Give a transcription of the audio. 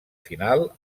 final